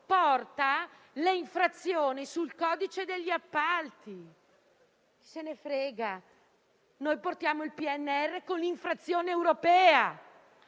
porta le infrazioni sul codice degli appalti. Non se ne cura. Noi portiamo il PNRR con l'infrazione europea,